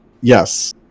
Yes